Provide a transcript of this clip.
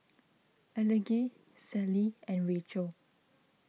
Elige Sallie and Rachel